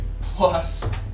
Plus